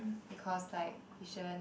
because like mission